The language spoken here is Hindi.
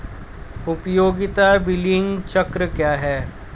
उपयोगिता बिलिंग चक्र क्या है?